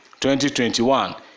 2021